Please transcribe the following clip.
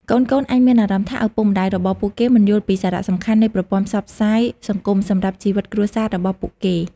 កូនៗអាចមានអារម្មណ៍ថាឪពុកម្តាយរបស់ពួកគេមិនយល់ពីសារៈសំខាន់នៃប្រព័ន្ធផ្សព្វផ្សាយសង្គមសម្រាប់ជីវិតគ្រួសាររបស់ពួកគេ។